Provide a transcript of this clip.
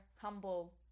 humble